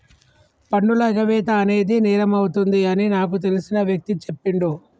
పన్నుల ఎగవేత అనేది నేరమవుతుంది అని నాకు తెలిసిన వ్యక్తి చెప్పిండు